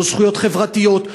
לא זכויות חברתיות,